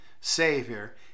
Savior